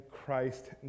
Christ